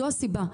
זו הסיבה.